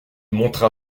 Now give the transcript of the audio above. montra